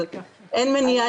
אבל אין מניעה.